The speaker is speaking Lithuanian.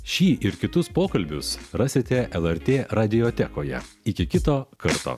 šį ir kitus pokalbius rasite lrt radiotekoje iki kito karto